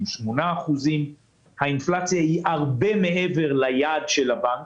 8%. האינפלציה היא הרבה מעבר ליעד של הבנק,